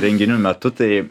renginių metu tai